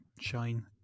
shine